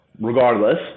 regardless